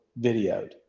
videoed